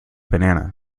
banana